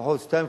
לפחות שתיים,